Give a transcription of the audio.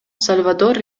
сальвадор